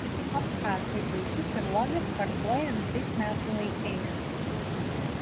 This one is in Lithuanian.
abchazai vaisius ir uogas vartoja visais metų laikais